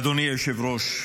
אדוני היושב-ראש,